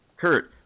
Kurt